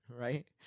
right